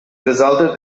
resulted